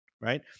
right